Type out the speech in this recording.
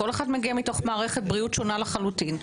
כל אחד מגיע ממערכת בריאות שונה לחלוטין.